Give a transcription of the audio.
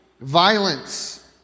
violence